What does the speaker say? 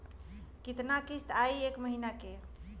कितना किस्त आई एक महीना के?